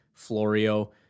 florio